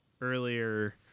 earlier